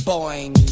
Boing